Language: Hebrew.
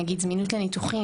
נגיד זמינות לניתוחים,